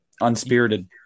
unspirited